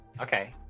Okay